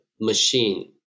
machine